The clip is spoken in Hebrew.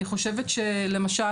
אני חושבת שלמשל,